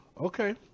okay